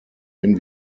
wenn